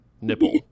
nipple